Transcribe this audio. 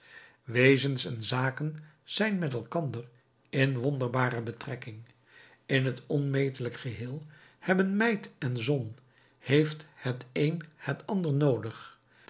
wezens en zaken zijn met elkander in wonderbare betrekking in het onmetelijk geheel hebben mijt en zon heeft het een het ander noodig